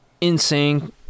insane